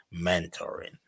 mentoring